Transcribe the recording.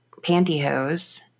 pantyhose